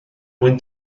mwyn